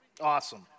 Awesome